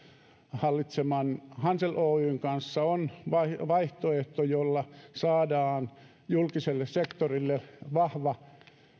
hallitseman hansel oyn kanssa on vaihtoehto jolla saadaan julkiselle sektorille vahva